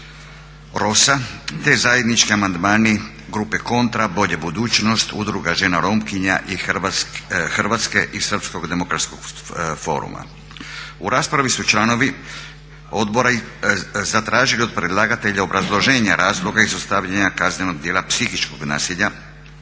Rosa, te zajednički amandmani grupe Kontra, Bolje budućnosti, Udruga Žena Romkinja i Hrvatske i Srpskog demokratskog foruma. U raspravi su članovi odbora zatražili od predlagatelja obrazloženje razloga izostavljanja kaznenog djela psihičkog nasilja